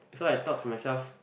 so I thought to myself